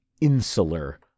insular